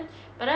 orh